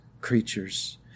creatures